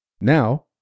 Now